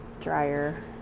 dryer